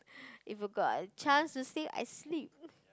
if you got a chance to sleep I sleep